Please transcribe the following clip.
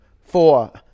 four